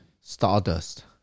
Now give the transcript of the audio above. Stardust